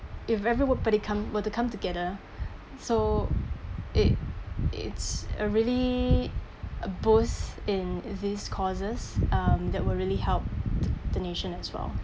if everyone were to come together so it it's a really a boost in these causes um that would really help the nation as well